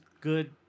good